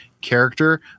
character